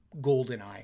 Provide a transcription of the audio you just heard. Goldeneye